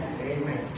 Amen